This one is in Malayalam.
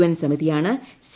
എൻ സമിതിയാണ് സി